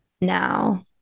now